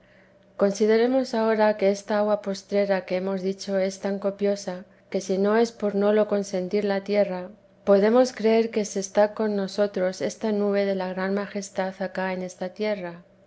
consideremos ahora que esta agua postrera que hemos dicho es tan copiosa que si no es por no lo consentir la tierra podemos creer que se está con nosotros dice que el arrobamiento hace ventaja